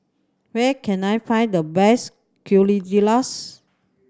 where can I find the best Quesadillas